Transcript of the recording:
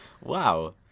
Wow